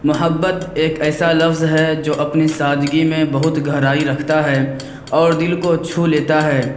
محبت ایک ایسا لفظ ہے جو اپنی سادگی میں بہت گہرائی رکھتا ہے اور دل کو چھو لیتا ہے